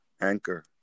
Anchor